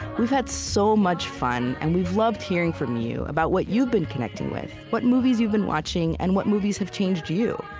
we've had so much fun. and we've loved hearing from you about what you've been connecting with, what movies you've been watching, and what movies have changed you.